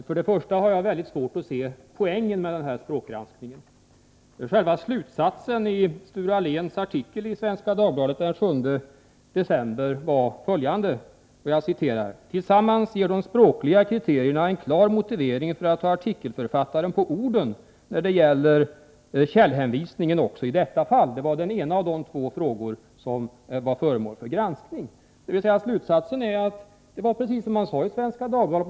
Herr talman! Jag har mycket svårt att se poängen med denna språkgranskning. Själva slutsatsen i Sture Alléns artikel i Svenska Dagbladet den 7 december var följande: ”Tillsammans ger de språkliga kriterierna en klar motivering för att ta artikelförfattaren på orden när det gäller källhänvisningen också i detta fall.” Det var den ena av de två frågor som var föremål för granskning. Slutsatsen är alltså att det var precis som man sade i Svenska Dagbladet.